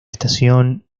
estación